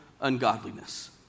ungodliness